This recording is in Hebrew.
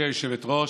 גברתי היושבת-ראש,